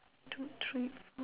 tw~ three